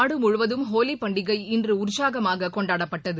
நாடு முழுவதும் ஹோலிப்பண்டிகை இன்று உற்சாகமாகக் கொண்டாடப்பட்டது